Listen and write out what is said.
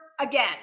again